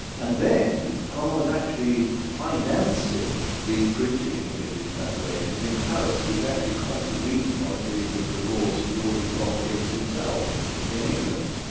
and then cromwell was actually financing the printing of english translations in paris, which actually contravened one of the the laws he'd already promulgated himself in england,